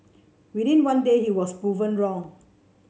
within one day he was proven wrong